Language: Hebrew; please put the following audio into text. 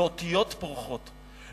ואותיות פורחות.